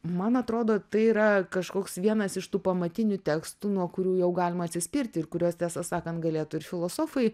man atrodo tai yra kažkoks vienas iš tų pamatinių tekstų nuo kurių jau galima atsispirti ir kurios tiesą sakant galėtų ir filosofai